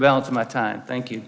balance of my time thank you